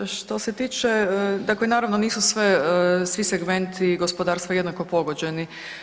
Što se tiče, dakle naravno nisu sve, svi segmenti gospodarstva jednako pogođeni.